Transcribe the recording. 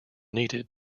needed